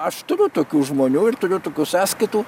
aš turiu tokių žmonių ir turiu tokių sąskaitų